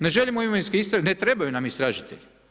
Ne želimo imovinske istrage, ne trebaju nam istražitelji.